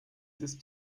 ist